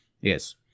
Yes